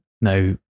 Now